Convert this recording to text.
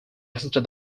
assisted